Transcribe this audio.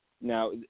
now